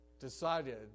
decided